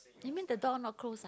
you mean the door not close